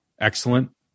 Excellent